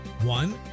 One